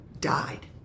died